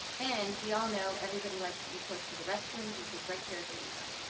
and we all know everybody likes to be close to the restrooms, which is right here at the weight room.